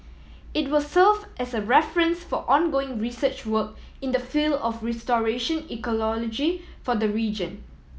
it will serve as a reference for ongoing research work in the field of restoration ecology for the region